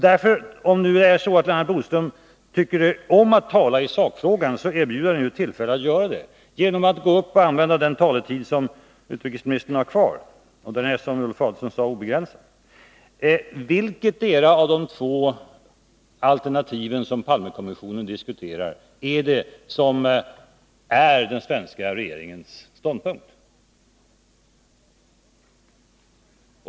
Därför: Om Lennart Bodström tycker om att tala i sakfrågan, erbjuds han nu ett tillfälle att göra det — genom att gå upp och använda den taletid som utrikesministern har kvar, och den är, som Ulf Adelsohn sade, obegränsad. Vilketdera av de två alternativ som Palmekommissionen diskuterar är den svenska regeringens ståndpunkt?